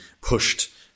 pushed